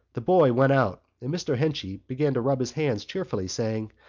the boy went out and mr. henchy began to rub his hands cheerfully, saying